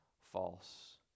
false